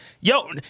yo